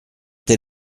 tel